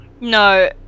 No